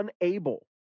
unable